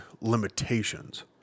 limitations